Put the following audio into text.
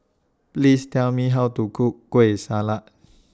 Please Tell Me How to Cook Kueh Salat